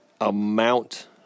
amount